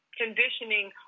conditioning